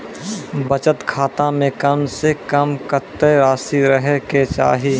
बचत खाता म कम से कम कत्तेक रासि रहे के चाहि?